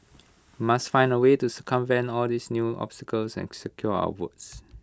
must find A way to circumvent all these new obstacles and secure our votes